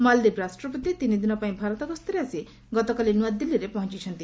ମାଲ୍ଦୀପ ରାଷ୍ଟ୍ରପତି ତିନଦିନ ପାର୍ଇ ଭାରତ ଗସ୍ତରେ ଆସି ଗତକାଲି ନ୍ତଆଦିଲ୍ଲୀରେ ପହଞ୍ଚୁଛନ୍ତି